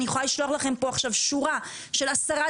אני יכולה לשלוח לכם פה שורה של עשרה